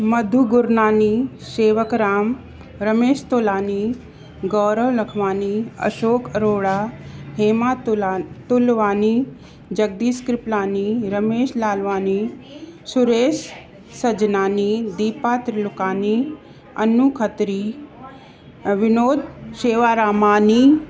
Madhu Gurnani Shewak Ram Ramesh Tolani Gaurav Lakhwani Ashok Arora Hema Tola Tulwani Jagdish Kripalani Ramesh Lalwani Suresh Sajnani Deepa Tirlukani Anu Khatri Vinod Shewarmani